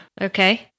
Okay